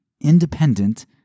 independent